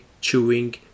chewing